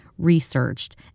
researched